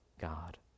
God